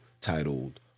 titled